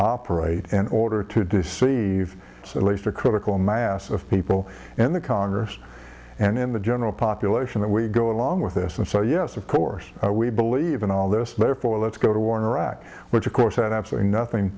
operate in order to do see so laced a critical mass of people in the congress and in the general population that we go along with this and so yes of course we believe in all this therefore let's go to war in iraq which of course had absolutely nothing